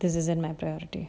this isn't my priority